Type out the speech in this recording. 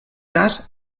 cas